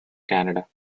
canada